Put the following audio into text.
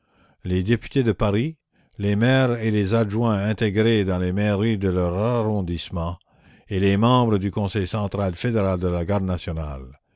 les députés de paris les maires et les adjoints intégrés dans les mairies de leurs arrondissements et les membres du conseil central fédéral de la garde nationale